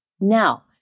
Now